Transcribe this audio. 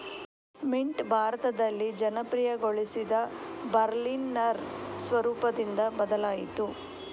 mint ಭಾರತದಲ್ಲಿ ಜನಪ್ರಿಯಗೊಳಿಸಿದ Berliner ಸ್ವರೂಪದಿಂದ ಬದಲಾಯಿತು